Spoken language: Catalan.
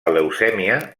leucèmia